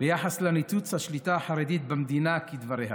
ביחס לניתוץ השליטה החרדית במדינה, כדבריה,